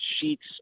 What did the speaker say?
sheets